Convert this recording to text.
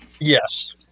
Yes